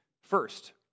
First